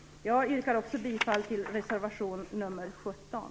Jag yrkar också bifall till reservation nr 17.